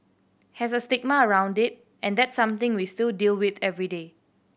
has a stigma around it and that's something we still deal with every day